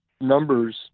numbers